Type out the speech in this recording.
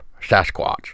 Sasquatch